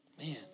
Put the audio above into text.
Man